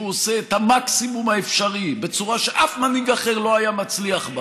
שהוא עושה את המקסימום האפשרי בצורה שאף מנהיג אחר לא היה מצליח בה